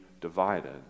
divided